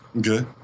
Good